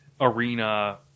arena